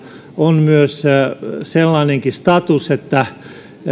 on sellainenkin status